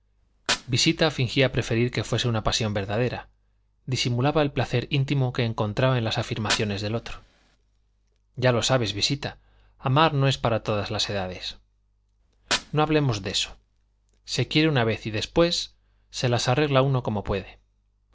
visita fingía preferir que fuese una pasión verdadera disimulaba el placer íntimo que encontraba en las afirmaciones del otro ya lo sabes visita amar no es para todas las edades no hablemos de eso se quiere una vez y después se las arregla uno como puede